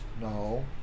no